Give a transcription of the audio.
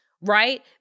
right